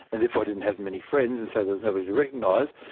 and therefore i didn't have many friends and so there was nobody to recognise.